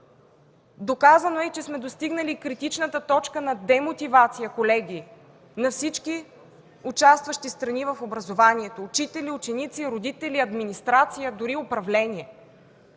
Доказано е, колеги, че сме достигнали критичната точка на демотивация на всички участващи страни в образованието – учители, ученици, родители, администрация, дори управление.